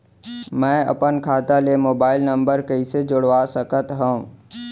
मैं अपन खाता ले मोबाइल नम्बर कइसे जोड़वा सकत हव?